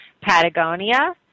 Patagonia